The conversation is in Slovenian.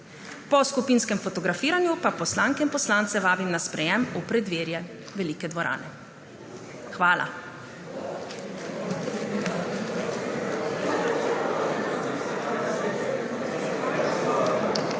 Po skupinskem fotografiranju pa poslanke in poslance vabim na sprejem v preddverje velike dvorane. Hvala.